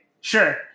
sure